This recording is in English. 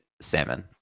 Salmon